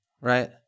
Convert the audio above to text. Right